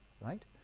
right